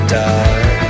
die